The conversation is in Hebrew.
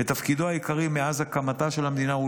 ותפקידו העיקרי מאז הקמתה של המדינה הוא